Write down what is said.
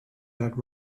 that